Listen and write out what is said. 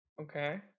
Okay